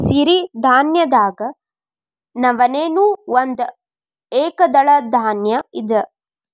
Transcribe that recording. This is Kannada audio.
ಸಿರಿಧಾನ್ಯದಾಗ ನವಣೆ ನೂ ಒಂದ ಏಕದಳ ಧಾನ್ಯ ಇದ